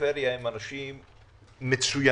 בפריפריה הם אנשים מצוינים,